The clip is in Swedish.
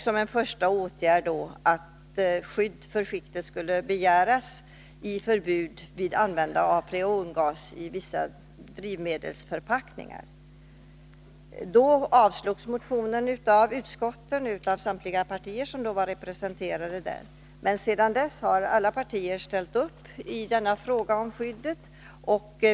Som en första åtgärd till skydd för ozonskiktet krävdes förbud för användande av freongas i vissa drivmedelsförpackningar. Motionen avstyrktes i utskottet av samtliga partier som då var representerade där. Sedan dess har alla partier ställt upp i frågan om skydd av ozonskiktet.